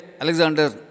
Alexander